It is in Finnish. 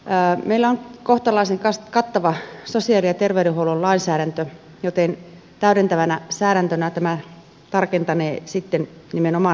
meillä on kohtalaisen kattava sosiaali ja terveydenhuollon lainsäädäntö joten täydentävänä säädäntönä tämä tarkentanee sitten nimenomaan vanhusten tilannetta